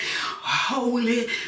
holy